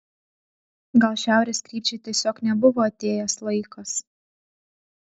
gal šiaurės krypčiai tiesiog nebuvo atėjęs laikas